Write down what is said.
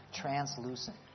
translucent